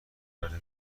داره